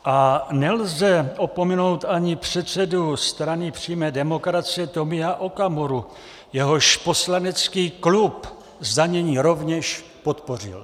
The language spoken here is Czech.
A nelze opomenout ani předsedu Strany přímé demokracie Tomia Okamuru, jehož poslanecký klub zdanění rovněž podpořil.